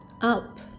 up